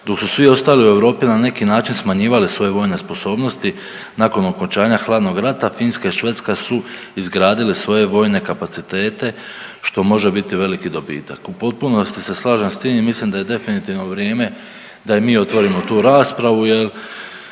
dok su svi ostali u Europi na neki način smanjivali svoje vojne sposobnosti nakon okončanja hladnog rata Finska i Švedska su izgradile svoje vojne kapacitete što može biti veliki dobitak. U potpunosti se slažem s tim i mislim da je definitivno vrijeme da i mi otvorimo tu raspravu jer